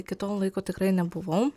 iki tol laiko tikrai nebuvau